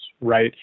right